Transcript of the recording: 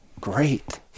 Great